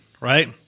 Right